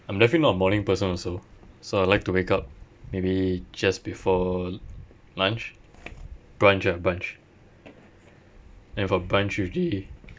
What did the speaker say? I'm definitely not a morning person also so I like to wake up maybe just before lunch brunch ah brunch and for brunch usually